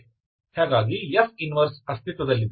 ಹಾಗಾಗಿ F 1 ಅಸ್ತಿತ್ವದಲ್ಲಿದೆ